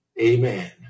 Amen